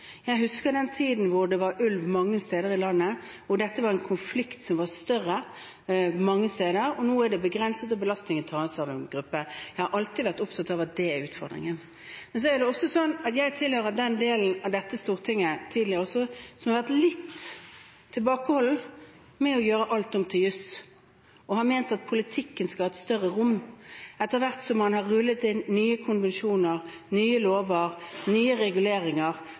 husker den tiden da det var ulv mange steder i landet, hvor dette var en konflikt som var større mange steder. Nå er det begrenset, og belastningen tas av en gruppe. Jeg har alltid vært opptatt av at det er utfordringen. Men det er sånn at jeg, tidligere altså, tilhørte den delen av Stortinget som har vært litt tilbakeholden med å gjøre alt om til jus – og har ment at politikken skal ha et større rom etter hvert som man har rullet inn nye konvensjoner, nye lover, nye reguleringer